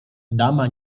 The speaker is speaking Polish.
dama